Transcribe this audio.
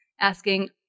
asking